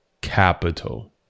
capital